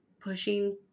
pushing